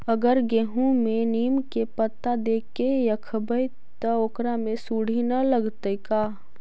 अगर गेहूं में नीम के पता देके यखबै त ओकरा में सुढि न लगतै का?